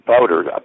voters